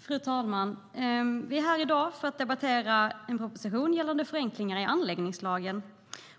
Fru talman! Vi är här i dag för att debattera en proposition om förenklingar i anläggningslagen.